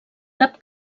cap